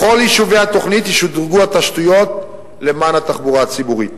בכל יישובי התוכנית ישודרגו התשתיות לתחבורה הציבורית.